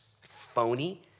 phony